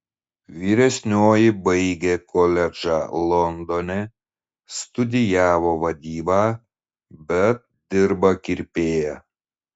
vyresnioji baigė koledžą londone studijavo vadybą bet dirba kirpėja